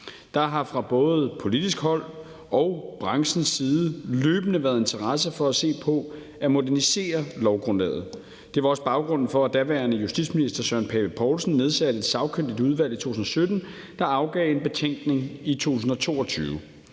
Der har fra både politisk hold og branchens side løbende været interesse for at se på at modernisere lovgrundlaget. Det var også baggrunden for, at daværende justitsminister Søren Pape Poulsen i 2017 nedsatte et sagkyndigt udvalg, der afgav en betænkning i 2022.